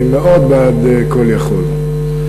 אני מאוד בעד "call יכול",